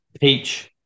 Peach